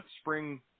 spring